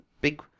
big